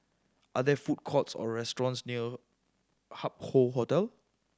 are there food courts or restaurants near Hup Hoe Hotel